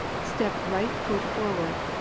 step right foot forward,